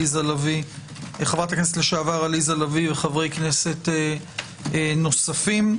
הכנסת לשעבר עליזה לביא וחברי כנסת נוספים.